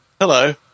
hello